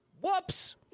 Whoops